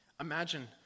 Imagine